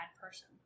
person